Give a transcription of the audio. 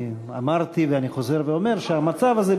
אמרתי ואני חוזר ואומר שהמצב הזה,